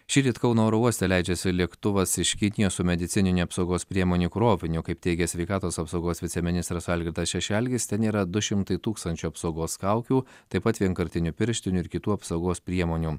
šįryt kauno oro uoste leidžiasi lėktuvas iš kinijos su medicininių apsaugos priemonių kroviniu kaip teigia sveikatos apsaugos viceministras algirdas šešelgis ten yra du šimtai tūkstančių apsaugos kaukių taip pat vienkartinių pirštinių ir kitų apsaugos priemonių